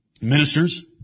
Ministers